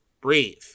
breathe